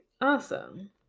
Awesome